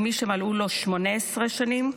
הוא מי שמלאו לו 18 שנים,